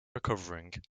recovering